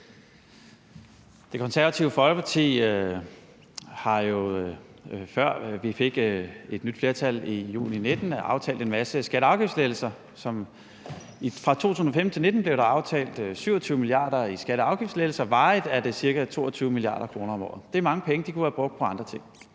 Det Konservative Folkeparti har jo, før vi fik et nyt flertal i juni 2019, aftalt en masse skatte- og afgiftslettelser. Fra 2015-2019 blev der aftalt for 27 mia. kr. i afgiftslettelse – varigt er det ca. 22 mia. kr. om året. Det er mange penge, og de kunne være brugt på andre ting.